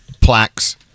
plaques